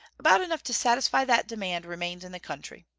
about enough to satisfy that demand remains in the country.